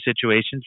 situations